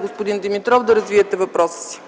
Господин Димитров, заповядайте да развиете въпроса си.